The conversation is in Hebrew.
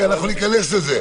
אנחנו ניכנס לזה.